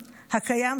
הקיים,